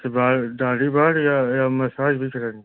इस बार बाल दाढ़ी बाल या या मसाज भी चाहिए